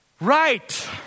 Right